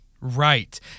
right